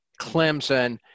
Clemson